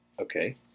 Okay